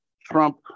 Trump